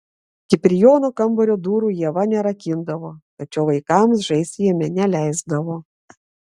kiprijono kambario durų ieva nerakindavo tačiau vaikams žaisti jame neleisdavo